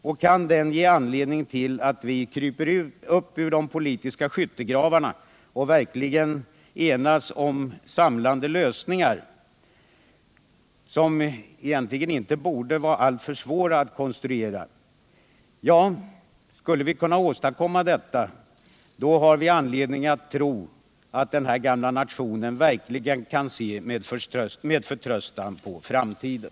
Och om den kan ge anledning till att vi kryper upp ur de politiska skyttegravarna och verkligen enas kring samlande lösningar som egentligen inte borde vara alltför svåra att konstruera — då har vi anledning att tro att den här gamla nationen verkligen kan se med förtröstan på framtiden.